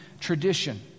tradition